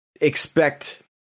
expect